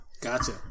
Gotcha